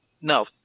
No